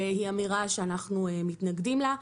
היא אמירה שאנחנו מתנגדים לה.